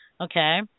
okay